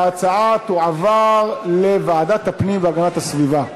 ההצעה תועבר לוועדת הפנים והגנת הסביבה.